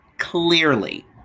Clearly